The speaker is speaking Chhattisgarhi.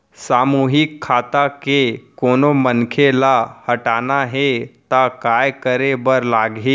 सामूहिक खाता के कोनो मनखे ला हटाना हे ता काय करे बर लागही?